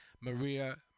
Maria